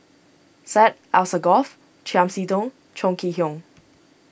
Syed Alsagoff Chiam See Tong Chong Kee Hiong